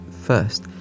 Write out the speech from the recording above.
first